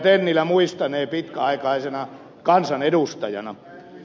tennilä muistanee pitkäaikaisena kansanedustajana